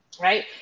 Right